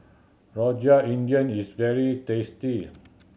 Rojak India is very tasty